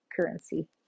currency